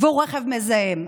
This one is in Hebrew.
והוא רכב מזהם.